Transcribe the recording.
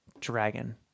dragon